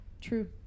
True